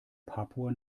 papua